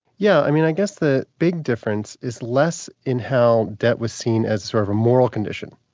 yeah i mean i guess the big difference is less in how debt was seen as sort of a moral condition,